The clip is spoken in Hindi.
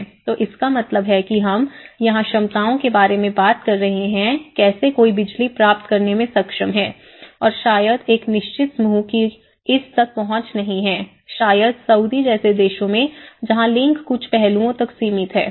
तो इसका मतलब है कि हम यहाँ क्षमताओं के बारे में बात कर रहे हैं कैसे कोई बिजली प्राप्त करने में सक्षम है और शायद एक निश्चित समूह की इस तक पहुँच नहीं है शायद सऊदी जैसे देशों में जहाँ लिंग कुछ पहलुओं तक सीमित है